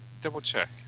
double-check